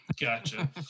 Gotcha